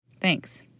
Thanks